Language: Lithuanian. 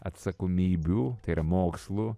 atsakomybių ir mokslų